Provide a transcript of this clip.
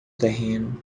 terreno